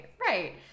Right